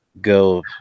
go